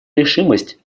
решимость